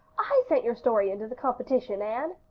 i sent your story into the competition, anne.